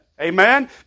Amen